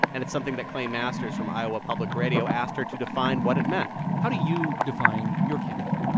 and it's something that clay masters from iowa public radio asked her to define what it meant how do you define your campaign?